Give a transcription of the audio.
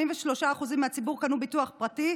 83% מהציבור קנו ביטוח פרטי,